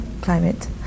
climate